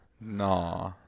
Nah